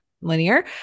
linear